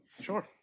Sure